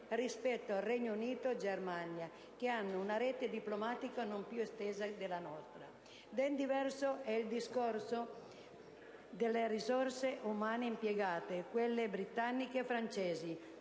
rispetto a Regno Unito e Germania, che hanno una rete diplomatica ben più estesa della nostra. Ben diverso è il discorso delle risorse umane impiegate: quelle britanniche e francesi,